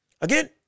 Again